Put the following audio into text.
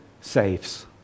saves